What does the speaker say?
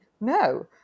no